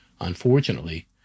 Unfortunately